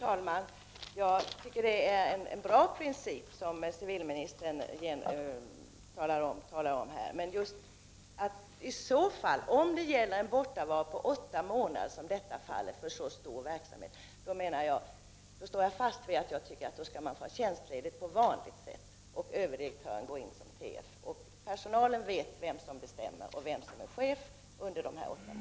Herr talman! Det är en bra princip som civilministern talar om här, men om det gäller en bortovaro på åtta månader från en så stor verksamhet, står jag fast vid uppfattningen att chefen skall ta tjänstledighet på vanligt sätt och överdirektören skall gå in som tf. Personalen vet då vem som är chef och vem som bestämmer under dessa åtta månader.